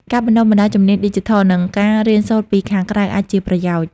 ការបណ្ដុះបណ្ដាលជំនាញឌីជីថល និងការរៀនសូត្រពីខាងក្រៅអាចជាប្រយោជន៍។